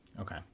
Okay